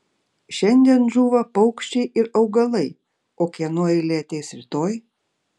šiandien žūva paukščiai ir augalai o kieno eilė ateis rytoj